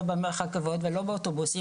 לא ברכבות ולא באוטובוסים,